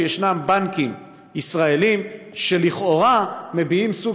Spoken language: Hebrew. שיש בנקים ישראליים שלכאורה מביעים סוג